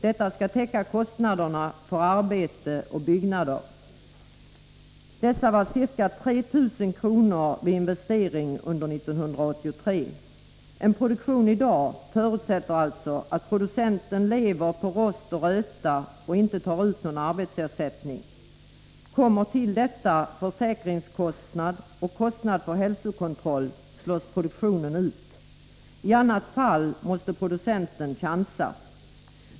Detta skall täcka kostnaderna för arbete och byggnader. Dessa var ca 3 000 kr. vid investering under 1983. En produktion i dag förutsätter alltså att producenten lever på rost och röta och inte tar ut någon arbetsersättning. Kommer till detta försäkringskostnad och kostnad för hälsokontroll, slås produktionen ut. I annat fall måste producenten chansa.